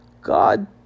God